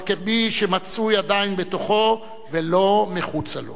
אבל כמי שמצוי עדיין בתוכו ולא מחוצה לו.